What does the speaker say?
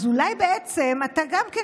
אז אולי בעצם אתה גם כן,